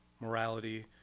morality